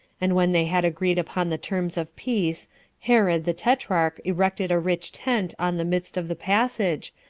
and when they had agreed upon the terms of peace herod, the tetrarch erected a rich tent on the midst of the passage,